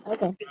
Okay